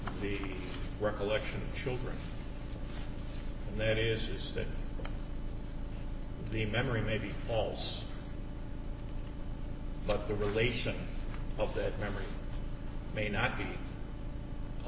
the recollection of children and that is that the memory maybe falls but the relation of that memory may not be a